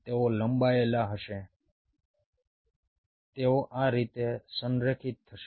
તેઓ લંબાયેલા હશે તેઓ આ રીતે સંરેખિત થશે